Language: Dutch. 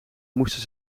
moesten